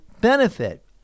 benefit